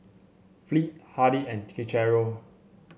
Fleet Hardy and Cicero